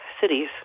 cities